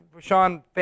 Sean